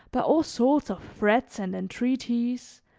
by all sorts of threats and entreaties,